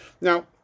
Now